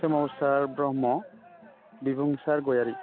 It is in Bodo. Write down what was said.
सोमावसार ब्रह्म बिबुंसार गयारि